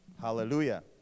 Hallelujah